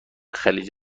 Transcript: خلیج